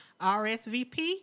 RSVP